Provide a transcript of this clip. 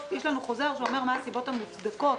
יש לנו חוזר שאומר מה הסיבות המוצדקות